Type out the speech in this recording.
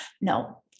No